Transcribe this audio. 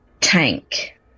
tank